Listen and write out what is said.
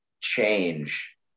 change